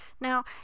now